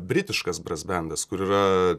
britiškas brasbendas kur yra